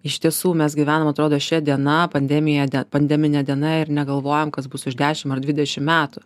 iš tiesų mes gyvenam atrodo šia diena pandemija pandemine diena ir negalvojam kas bus už dešim ar dvidešim metų